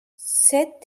said